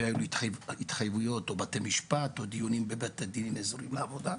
והיו לי התחייבויות או בתי משפט או בבית הדין האזורי לעבודה.